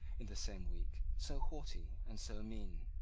in the same week, so haughty and so mean.